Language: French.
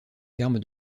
terme